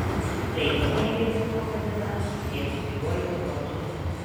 tai hėgelis pavadina subjektyviuoju protu